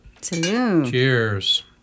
Cheers